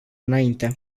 înainte